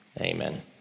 Amen